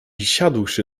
siadłszy